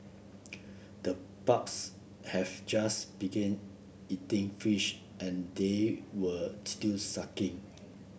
the pups have just began eating fish and they were still suckling